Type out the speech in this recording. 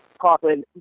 Coughlin